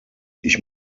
ich